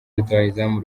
rutahizamu